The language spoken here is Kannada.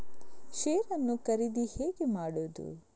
ಶೇರ್ ನ್ನು ಖರೀದಿ ಹೇಗೆ ಮಾಡುವುದು?